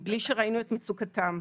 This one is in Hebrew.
מבלי שראינו את מצוקתם.